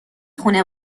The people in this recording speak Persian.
خونه